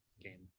game